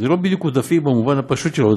זה לא בדיוק עודפים במובן הפשוט של המילה,